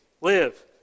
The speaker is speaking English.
live